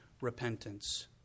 repentance